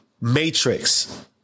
matrix